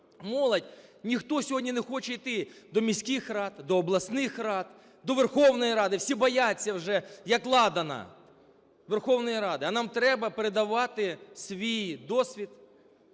молодь, ніхто сьогодні не хоче іти до міських рад, до обласних рад, до Верховної Ради. Всі бояться, вже, як ладана, Верховної Ради. А нам треба передавати свій досвід